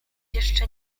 jeszcze